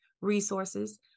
resources